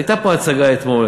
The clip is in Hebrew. הייתה פה הצגה אתמול,